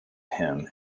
him